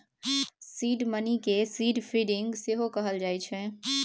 seed money केँ seed funding सेहो कहल जाइ छै